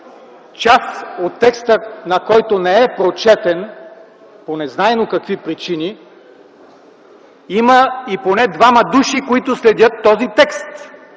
част от текста на който не е прочетен по незнайно какви причини, има и поне двама души, които следят този текст